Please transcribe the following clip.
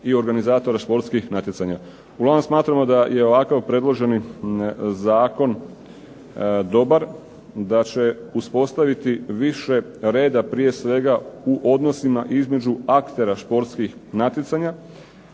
i organizatora športskih natjecanja. Uglavnom smatramo da je ovako predloženi zakon dobar, da će uspostaviti više reda prije svega u odnosima između aktera športskih natjecanja,